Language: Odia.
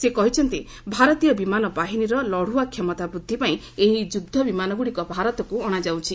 ସେ କହିଛନ୍ତି ଭାରତୀୟ ବିମାନ ବାହିନୀର ଲଢୁଆ କ୍ଷମତା ବୃଦ୍ଧି ପାଇଁ ଏହି ଯୁଦ୍ଧ ବିମାନଗୁଡ଼ିକ ଭାରତକୁ ଅଣାଯାଉଛି